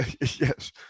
Yes